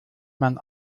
man